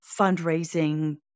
fundraising